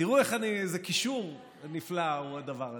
ותראו איזה קישור נפלא הדבר הזה,